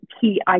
key